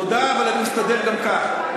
תודה, אבל אני מסתדר גם כך.